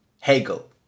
Hegel